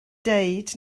dweud